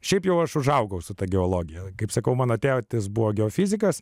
šiaip jau aš užaugau su ta geologija kaip sakau mano tėtis buvo geofizikas